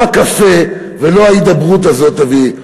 לא הקפה ולא ההידברות הזו תביא תועלת,